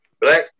black